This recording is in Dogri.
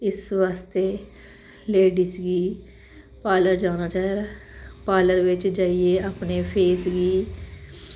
इस बास्तै लेडीज गी पार्लर जाना चाहिदा ऐ पार्लर बिच्च जाइयै अपने फेस गी